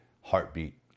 heartbeat